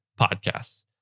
podcasts